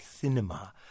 Cinema